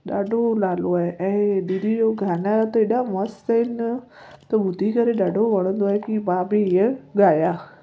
ॾाढो नालो आहे ऐं दीदी जो गाना त एॾा मस्तु आहिनि त ॿुधी करे ॾाढो वणंदो आहे की मां बि ईअं ॻायां